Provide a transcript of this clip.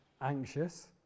anxious